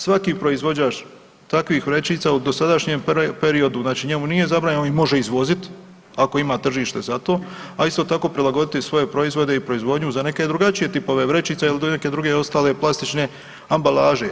Svaki proizvođač takvih vrećica u dosadašnjem periodu, znači njemu nije zabranjeno, on ih može izvozit ako ima tržište za to, a isto tako prilagoditi svoje proizvode i proizvodnju za neke drugačije tipove vrećica ili neke druge ostale plastične ambalaže.